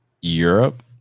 Europe